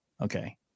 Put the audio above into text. Okay